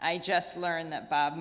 i just learned that bob